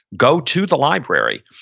go to the library.